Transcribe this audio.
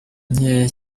nkeya